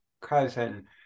cousin